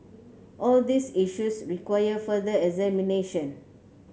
all these issues require further examination